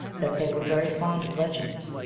that they were very fond of legends,